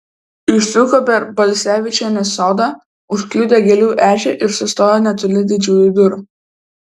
išsuko per balsevičienės sodą užkliudė gėlių ežią ir sustojo netoli didžiųjų durų